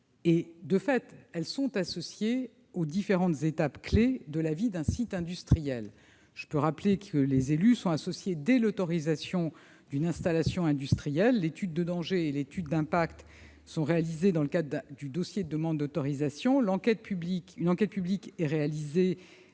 De fait, elles sont associées aux différentes étapes clés de la vie d'un site industriel. Je rappelle que les élus sont associés dès la phase d'autorisation d'une installation industrielle : l'étude de dangers et l'étude d'impact sont réalisées dans le cadre du dossier de demande d'autorisation. Une enquête publique est organisée,